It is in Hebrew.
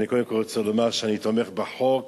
אני קודם כול רוצה לומר שאני תומך בחוק